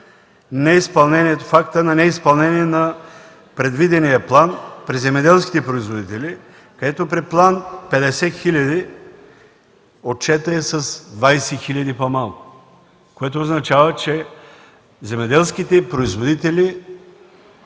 е фактът на неизпълнение на предвидения план при земеделските производители, където при план 50 хиляди, отчетът е с 20 хиляди по-малко, което означава, че земеделските производители